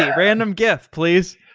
yeah random gif please.